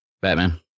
Batman